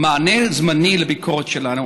במענה זמני לביקורת שלנו,